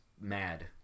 mad